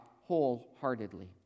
wholeheartedly